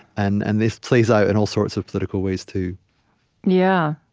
and and this plays out in all sorts of political ways too yeah.